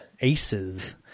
aces